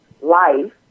life